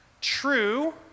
true